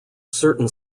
certain